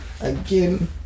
again